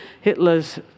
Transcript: Hitler's